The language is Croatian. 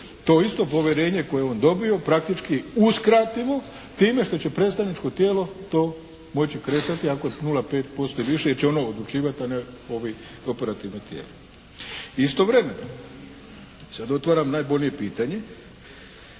to isto povjerenje koje je on dobio praktički uskratimo time što će predstavničko tijelo to moći …/Govornik se ne razumije./… 0,5% i više jer će ono odlučivati a ne ovo operativno tijelo. Istovremeno, sad otvaram najbolje pitanje.